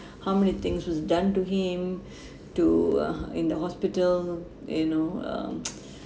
how many things was done to him to uh in the hospital you know um